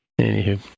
Anywho